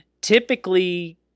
typically